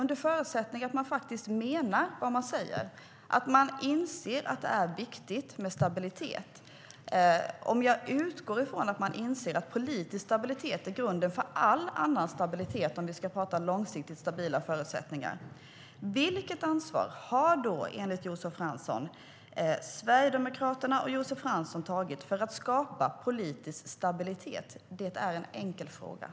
Under förutsättning att man faktiskt menar vad man säger och att man inser att det är viktigt med stabilitet - om jag utgår från att man inser att politisk stabilitet är grunden för all annan stabilitet, om vi ska tala om långsiktiga och stabila förutsättningar - vilket ansvar har då Sverigedemokraterna och Josef Fransson tagit för att skapa politisk stabilitet? Det är en enkel fråga.